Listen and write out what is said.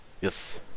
yes